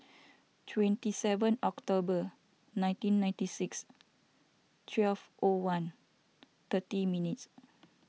twenty seven October nineteen ninety six twelve O one thirty minutes